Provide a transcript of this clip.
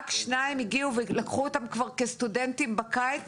רק שניים הגיעו ולקחו אותם כבר כסטודנטים בקיץ